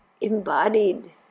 embodied